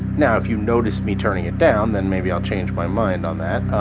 now, if you notice me turning it down, then maybe i'll change my mind on that